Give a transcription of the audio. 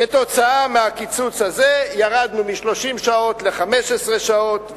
כתוצאה מהקיצוץ הזה ירדנו מ-30 שעות ל-15 שעות,